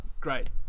great